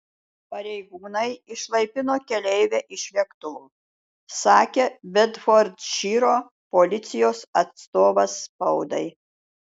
pareigūnai išlaipino keleivę iš lėktuvo sakė bedfordšyro policijos atstovas spaudai